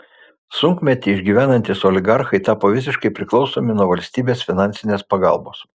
sunkmetį išgyvenantys oligarchai tapo visiškai priklausomi nuo valstybės finansinės pagalbos